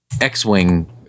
X-Wing